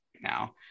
now